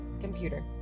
computer